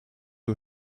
who